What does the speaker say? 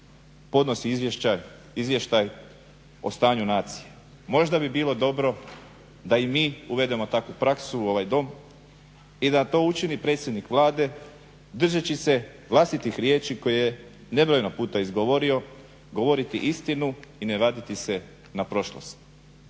podnosi izvještaj o stanju nacije, možda bi bilo dobro da i mi uvedemo takvu praksu u ovaj Dom i da to učini predsjednik Vlade držeći se vlastitih riječi koje je nebrojeno puta izgovorio, govoriti istinu i ne vratiti se na prošlost.